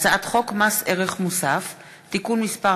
הצעת חוק מס ערך מוסף (תיקון מס'